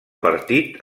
partit